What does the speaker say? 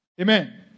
Amen